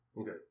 Okay